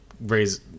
raise